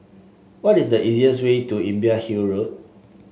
what is the easiest way to Imbiah Hill Road